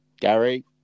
Gary